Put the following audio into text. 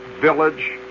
village